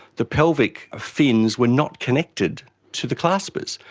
the pelvic fins were not connected to the claspers,